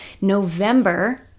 november